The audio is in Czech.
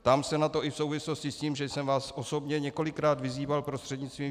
Ptám se na to i v souvislosti s tím, že jsem vás osobně několikrát vyzýval prostřednictvím výboru